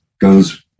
goes